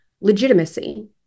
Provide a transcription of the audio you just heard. legitimacy